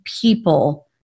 people